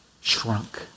shrunk